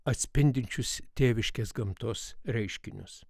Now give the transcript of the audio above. atspindinčius tėviškės gamtos reiškinius